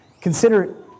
Consider